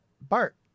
Bart